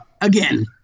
again